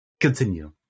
continue